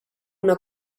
una